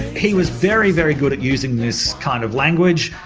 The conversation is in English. he was very very good at using this kind of language.